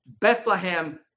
Bethlehem